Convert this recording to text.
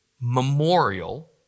memorial